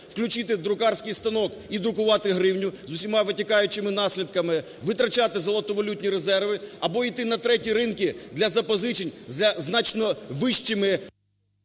включити друкарський станок і друкувати гривню з усіма витікаючими наслідками; витрачати золотовалютні резерви або іти на треті ринки для запозичень за значно вищими…